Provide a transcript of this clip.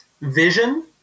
vision